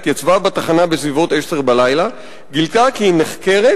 היא התייצבה בתחנה בסביבות 22:00 וגילתה כי היא נחקרת